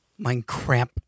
Minecraft